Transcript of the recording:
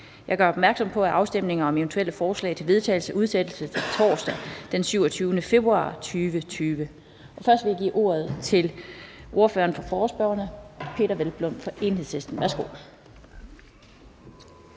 Jeg gør opmærksom på, at afstemning om eventuelle forslag til vedtagelse udsættes til torsdag den 27. februar 2020. Først vil jeg give ordet til ordføreren for forespørgerne, Peder Hvelplund fra Enhedslisten.